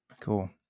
Cool